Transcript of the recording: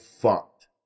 fucked